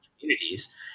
communities